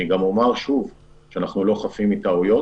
אני גם אומר שוב שאנחנו לא חפים מטעויות,